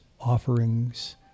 offerings